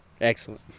Excellent